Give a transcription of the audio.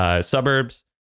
Suburbs